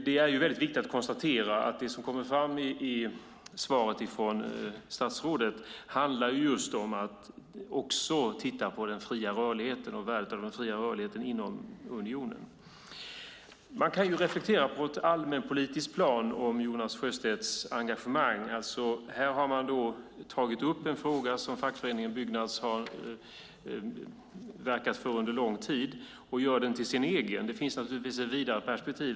Det är viktigt att konstatera att det som kommit fram i svaret från statsrådet är att det handlar om att också titta på den fria rörligheten inom unionen. Man kan reflektera på ett allmänpolitiskt plan om Jonas Sjöstedts engagemang. Här har man tagit upp en fråga som fackföreningen Byggnads har verkat för under lång tid och gör den till sin egen. Det finns naturligtvis ett vidare perspektiv.